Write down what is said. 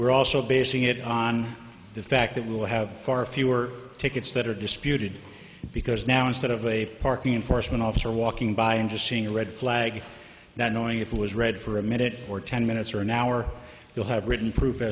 we're also basing it on the fact that we will have far fewer tickets that are disputed because now instead of a parking enforcement officer walking by and just seeing a red flag not knowing if it was red for a minute or ten minutes or an hour you'll have written pro